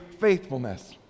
faithfulness